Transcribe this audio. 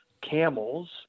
camels